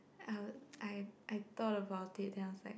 uh I I thought about it then I was like